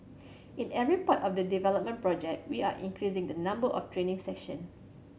in every part of the development project we are increasing the number of training session